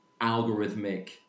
algorithmic